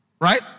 right